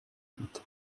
huit